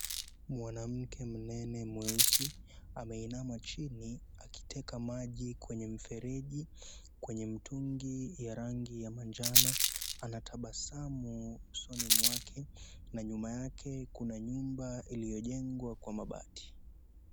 Mwanamke mnene mweusi, ameinama chini akiteka maji kwenye mfereji, kwenye mtungi ya rangi ya manjano anatabasamu usoni mwake na nyuma yake kuna nyumba iliojengwa kwa mabati.